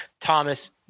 Thomas